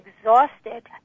exhausted